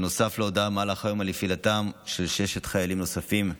נוסף להודעה במהלך היום על נפילתם של שישה חיילים נוספים.